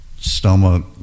stomach